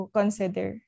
consider